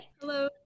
Hello